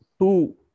two